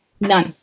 None